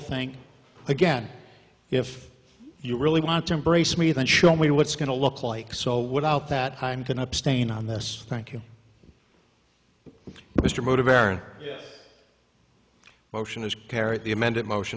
thing again if you really want to embrace me then show me what's going to look like so without that i'm can abstain on this thank you but mr motive aaron motion is carried the amended motion